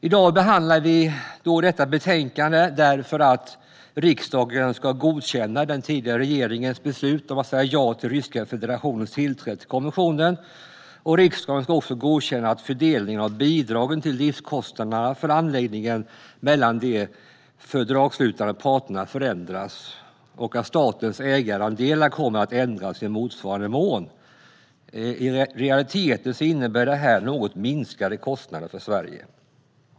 I dag behandlar vi detta betänkande för att riksdagen ska godkänna den tidigare regeringens beslut om att säga ja till Ryska federationens tillträde till konventionen. Riksdagen ska också godkänna att fördelningen av bidragen till driftskostnaderna för anläggningen mellan de fördragsslutande parterna ändras och att statens ägarandelar ändras i motsvarande mån. I realiteten innebär det något minskade kostnader för Sverige.